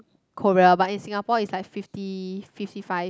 Korea but in Singapore is like fifty fifty five